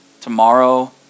Tomorrow